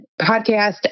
podcast